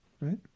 right